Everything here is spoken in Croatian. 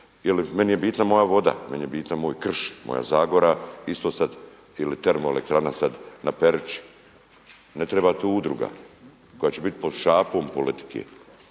Meni je bitna moja voda, meni je bitno moj krš, moja zagora. Isto sad ili termoelektrana sada na Peruči, ne treba tu udruga koja će biti pod šapom politike.